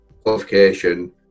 qualification